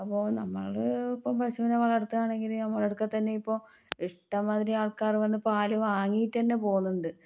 അപ്പോൾ നമ്മൾ ഇപ്പോൾ പശുവിനെ വളർത്തുകയാണെങ്കിൽ ഞമ്മളടുക്കെ തന്നെ ഇപ്പോൾ ഇഷ്ടമ്മാതിരി ആൾക്കാർ വന്ന് പാൽ വാങ്ങിയിട്ടു തന്നെ പോകുന്നുണ്ട്